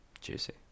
Juicy